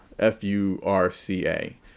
F-U-R-C-A